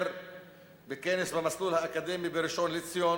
אומר בכנס במסלול האקדמי בראשון-לציון: